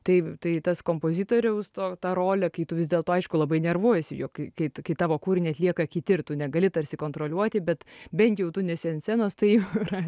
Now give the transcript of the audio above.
tai tai tas kompozitoriaus to tą rolė kai tu vis dėlto aišku labai nervuojiesi jau kai kai tavo kūrinį atlieka kiti ir tu negali tarsi kontroliuoti bet bent jau tu nesi ant scenos tai jau yra